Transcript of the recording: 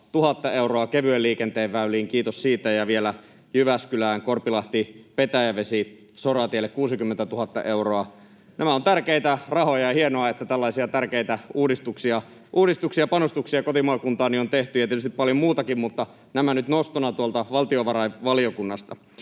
500 000 euroa kevyen liikenteen väyliin — kiitos siitä — ja vielä Jyväskylään Korpilahti—Petäjävesi‑soratielle 60 000 euroa. Nämä ovat tärkeitä rahoja, ja on hienoa, että tällaisia tärkeitä uudistuksia, panostuksia kotimaakuntaani on tehty, ja tietysti paljon muutakin, mutta nämä nyt nostoina tuolta valtiovarainvaliokunnasta.